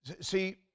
See